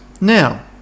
Now